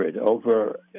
over